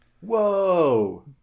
Whoa